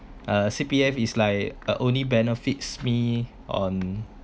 uh C_P_F is like uh only benefits me on